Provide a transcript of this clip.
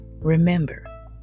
Remember